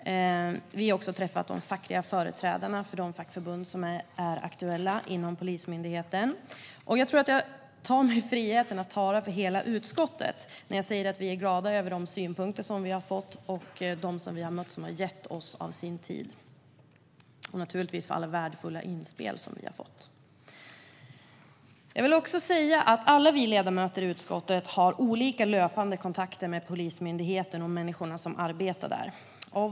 Vi har också träffat de fackliga företrädarna för de fackförbund som är aktuella inom Polismyndigheten. Och jag tar mig friheten att tala för hela utskottet när jag säger att vi är glada över de synpunkter som vi har fått och de som vi har mött som har gett av sin tid samt naturligtvis alla värdefulla inspel som vi har fått. Alla vi ledamöter i utskottet har löpande olika kontakter med Polismyndigheten och människorna som arbetar där.